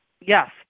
Yes